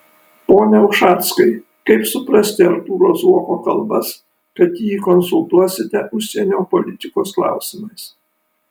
pone ušackai kaip suprasti artūro zuoko kalbas kad jį konsultuosite užsienio politikos klausimais